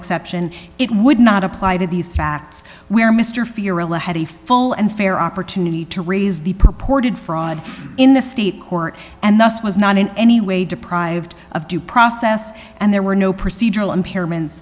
exception it would not apply to these facts where mr fear ella had a full and fair opportunity to raise the purported fraud in the state court and thus was not in any way deprived of due process and there were no procedural impairment